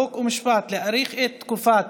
חוק ומשפט להאריך את תקופת